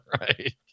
Right